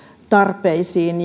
tarpeisiin